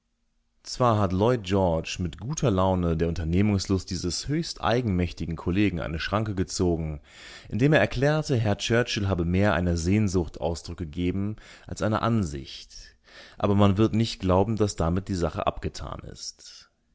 zwar hat lloyd george mit guter laune der unternehmungslust dieses höchst eigenmächtigen kollegen eine schranke gezogen indem er erklärte herr churchill habe mehr einer sehnsucht ausdruck gegeben als einer ansicht aber man wird nicht glauben daß damit die sache abgetan ist